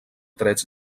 trets